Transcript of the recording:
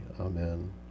Amen